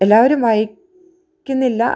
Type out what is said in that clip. എല്ലാവരും വായിക്കുന്നില്ല